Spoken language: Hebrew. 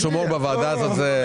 בוועדה חוש הומור.